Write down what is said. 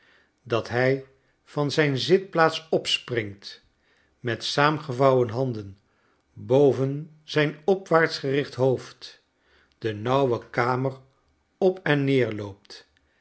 dat hij van zijn zitplaats opspringt met saamgevouwen handen boven zijn opwaarts gericht hoofd de nauwe kamer op en